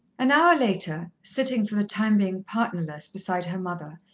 an hour later, sitting, for the time being partnerless, beside her mother,